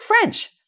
French